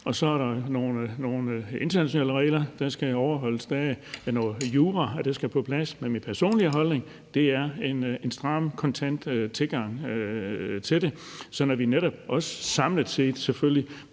hvor der er nogle internationale regler, der skal overholdes, og der er noget jura, der skal på plads. Men min personlige holdning er, at der skal være en stram, kontant tilgang til det, sådan at vi netop også samlet set selvfølgelig